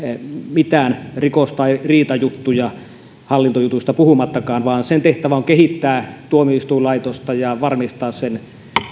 mitään rikos tai riitajuttuja hallintojutuista puhumattakaan vaan sen tehtävä on kehittää tuomioistuinlaitosta ja varmistaa sen